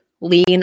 lean